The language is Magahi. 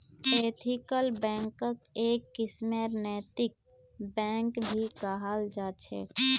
एथिकल बैंकक् एक किस्मेर नैतिक बैंक भी कहाल जा छे